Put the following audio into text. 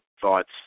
thoughts